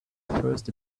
first